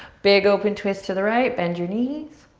big open twist to the right, bend your knees.